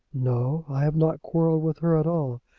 no i have not quarrelled with her at all.